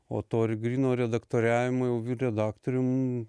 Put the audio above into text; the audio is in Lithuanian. o to ir gryno redaktoriavimo jau redaktorium